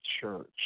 church